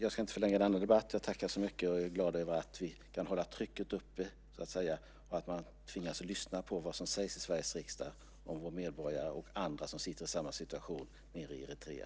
Jag ska inte förlänga debatten, utan jag tackar så mycket och jag är glad över att vi kan hålla trycket uppe och att man tvingas lyssna på vad som sägs i Sveriges riksdag om våra medborgare och andra som sitter i samma situation nere i Eritrea.